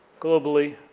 globally,